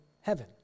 heaven